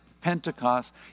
Pentecost